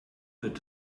wird